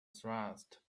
thrust